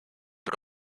but